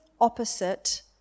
opposite